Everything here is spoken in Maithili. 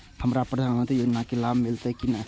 हमरा प्रधानमंत्री योजना के लाभ मिलते की ने?